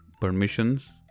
permissions